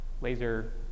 laser